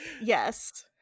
Yes